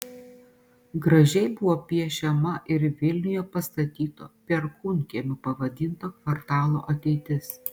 gražiai buvo piešiama ir vilniuje pastatyto perkūnkiemiu pavadinto kvartalo ateitis